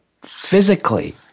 physically